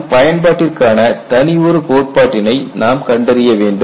நம் பயன்பாட்டிற்கான தனி ஒரு கோட்பாட்டினை நாம் கண்டறிய வேண்டும்